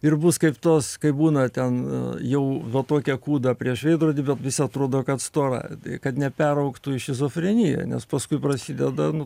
ir bus kaip tos kai būna ten jau va tokia kūda prieš veidrodį bet visa atrodo kad stora kad neperaugtų į šizofreniją nes paskui prasideda nu